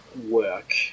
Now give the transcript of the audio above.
work